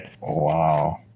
wow